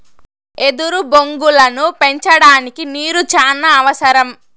ఎదురు బొంగులను పెంచడానికి నీరు చానా అవసరం